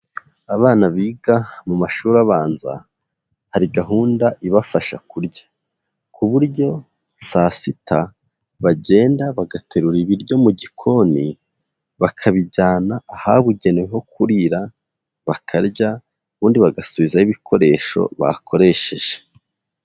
Abana biga mu mashuri abanza, hari gahunda ibafasha kurya, ku buryo saa sita bagenda bagaterura ibiryo mu gikoni, bakabijyana ahabugenewe ho kurira bakarya, ubundi bagasubizayo ibikoresho bakoresheje.